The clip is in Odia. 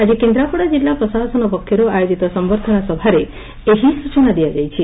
ଆଜି କେନ୍ଦାପଡା ଜିଲ୍ଲା ପ୍ରଶାସନ ପକ୍ଷରୁ ଆୟୋଜିତ ସମ୍ଭର୍ଦ୍ଧନା ସଭାରେ ଏହି ସ୍ଚନା ଦିଆଯାଇଛି